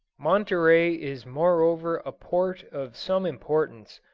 monterey is moreover a port of some importance,